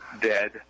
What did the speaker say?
Dead